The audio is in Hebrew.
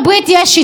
יש שם חוקה,